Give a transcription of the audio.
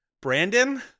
Brandon